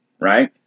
right